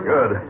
Good